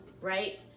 right